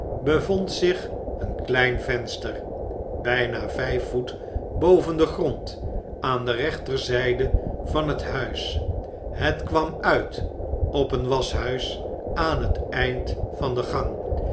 bevond zich een klein venster bijna vijf voet boven den grond aan de rechterzijde van het huis het kwam uit op een waschhuis aan het eind van de gang